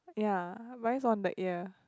yeah but it's on the ear